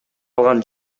алган